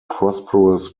prosperous